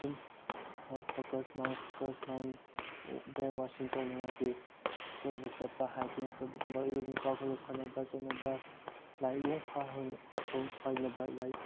ꯑꯗꯨꯝ head focus mind focus mind brain ꯋꯥꯁꯤꯡ ꯇꯧꯅꯉꯥꯏꯒꯤ ꯀꯣꯏꯕ ꯆꯠꯄ ꯍꯥꯏꯀꯤꯡ ꯆꯠꯄꯒꯨꯝꯕ ꯏꯔꯨꯞ ꯏꯄꯥꯡ ꯈꯣꯏꯒ ꯈꯠꯅꯕ ꯆꯩꯅꯕ ꯂꯥꯏꯛ ꯅꯪ ꯀꯥ ꯍꯦꯟꯅ ꯍꯩꯅꯕ ꯂꯥꯏꯛ